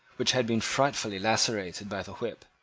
which had been frightfully lacerated by the whip,